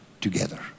together